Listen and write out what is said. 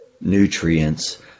nutrients